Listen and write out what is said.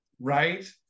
right